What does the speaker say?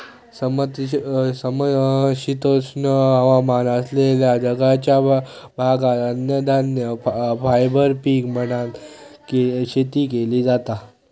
समशीतोष्ण हवामान असलेल्या जगाच्या भागात अन्नधान्य, फायबर पीक म्हणान शेती केली जाता